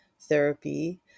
therapy